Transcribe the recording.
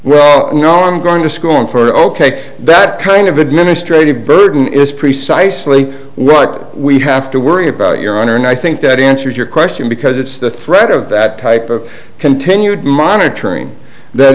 know i'm going to school in for ok that kind of administrative burden is precisely what we have to worry about your honor and i think that answers your question because it's the threat of that type of continued monitoring th